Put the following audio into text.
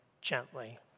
gently